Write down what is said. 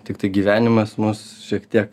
tiktai gyvenimas mus šiek tiek